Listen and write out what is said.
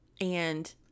and-